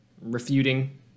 Refuting